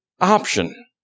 option